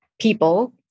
people